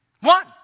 One